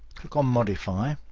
click on modify.